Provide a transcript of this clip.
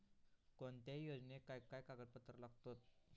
कोणत्याही योजनेक काय काय कागदपत्र लागतत?